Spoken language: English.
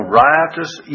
riotous